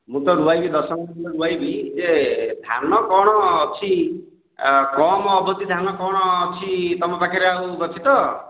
ମୁଁ ତ ରୁଆଇବି ଦଶଗୁଣ୍ଠ ବିଲ ରୁଆଇବି ଯେ ଧାନ କ'ଣ ଅଛି କମ୍ ଅବଧି ଧାନ କ'ଣ ଅଛି ତମ ପାଖରେ ଆଉ ଗଚ୍ଛିତ